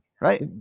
Right